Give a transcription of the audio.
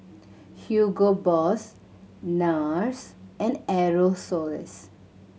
Hugo Boss Nars and Aerosoles